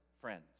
friends